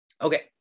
Okay